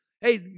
Hey